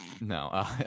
no